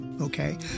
okay